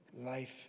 Life